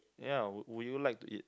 ya would would you like to eat